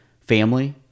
family